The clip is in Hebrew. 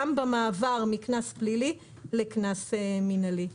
גם במעבר מקנס פלילי לקנס מינהלי.